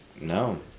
no